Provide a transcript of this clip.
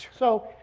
so,